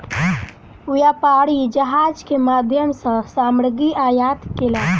व्यापारी जहाज के माध्यम सॅ सामग्री आयात केलक